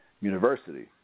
University